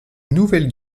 nouvelle